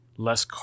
less